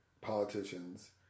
politicians